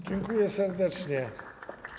Dziękuję serdecznie.